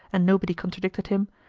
and nobody contradicted him,